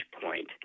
point